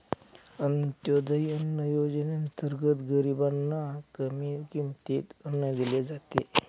अंत्योदय अन्न योजनेअंतर्गत गरीबांना कमी किमतीत अन्न दिले जाते